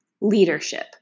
leadership